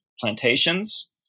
plantations